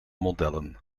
modellen